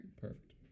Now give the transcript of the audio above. Perfect